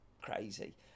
crazy